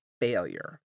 failure